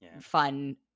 fun